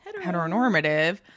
heteronormative